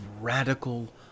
radical